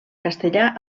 castellà